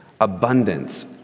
Abundance